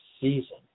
season